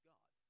God